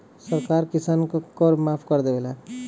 सरकार किसान क कर माफ कर देवला